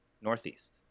northeast